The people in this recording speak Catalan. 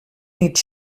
nit